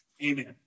Amen